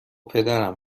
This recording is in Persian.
پدرم